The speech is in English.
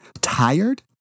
tired